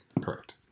Correct